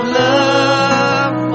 love